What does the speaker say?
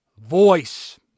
voice